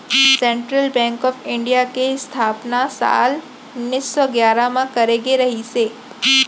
central bank of India के इस्थापना साल उन्नीस सौ गियारह म करे गे रिहिस हे